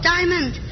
Diamond